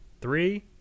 Three